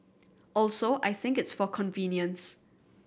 also I think it's for convenience